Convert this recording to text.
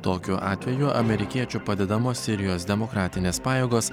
tokiu atveju amerikiečių padedamos sirijos demokratinės pajėgos